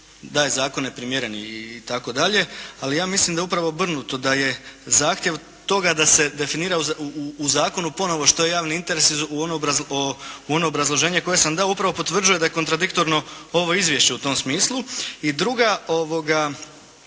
da je zakon neprimjeren itd., ali ja mislim da je upravo obrnuto da je zahtjev toga da se definira u zakonu ponovo što je javni interes, ono obrazloženje koje sam dao upravo potvrđuje da je kontradiktorno ovo izvješće u tom smislu. I drugi netočan